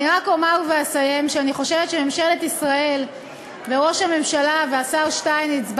אני רק אסיים ואומר שאני חושבת שממשלת ישראל וראש הממשלה והשר שטייניץ,